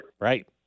Right